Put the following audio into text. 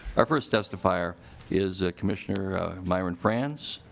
our first testifier is commissioner myron friends.